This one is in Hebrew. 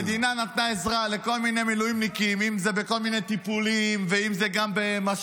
המדינה נתנה עזרה לכל מיני מילואימניקים בכל מיני טיפולים וגם במסאז'ים.